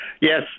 yes